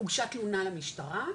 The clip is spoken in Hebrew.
הוגשה תלונה למשטרה,